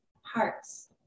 hearts